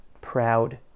proud